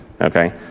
okay